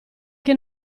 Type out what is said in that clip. che